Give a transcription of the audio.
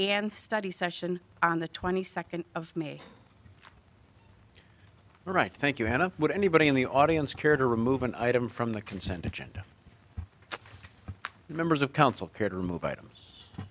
and study session on the twenty second of may all right thank you hannah would anybody in the audience care to remove an item from the consent agenda members of council care to remove items